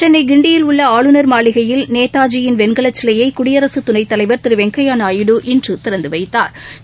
சென்னை கிண்டியில் உள்ள ஆளுநர் மாளிகையில் நேதாஜியின் வெண்கலச் சிலையை குடியரசு துணைத்தலைவர் திரு வெங்கையா நாயுடு இன்று திறந்து வைத்தாா்